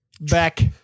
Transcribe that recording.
Back